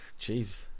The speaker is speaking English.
jeez